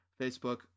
Facebook